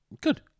Good